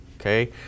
Okay